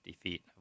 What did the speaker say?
feet